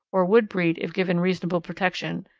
or would breed if given reasonable protection,